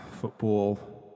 football